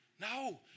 no